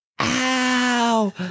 Ow